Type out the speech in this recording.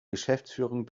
geschäftsführung